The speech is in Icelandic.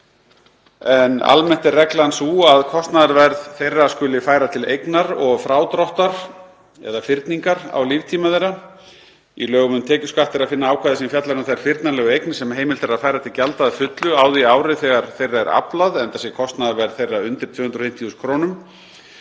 en almenna reglan er sú að kostnaðarverð þeirra skuli færa til eignar og frádráttar eða fyrningar á líftíma þeirra. Í lögum um tekjuskatt er að finna ákvæði sem fjallar um þær fyrnanlegu eignir sem heimilt er að færa til gjalda að fullu á því ári þegar þeirra er aflað, enda sé kostnaðarverð þeirra undir 250.000 kr.